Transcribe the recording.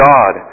God